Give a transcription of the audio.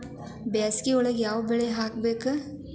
ಬ್ಯಾಸಗಿ ಒಳಗ ಯಾವ ಬೆಳಿ ಹಾಕಬೇಕು?